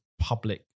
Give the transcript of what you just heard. public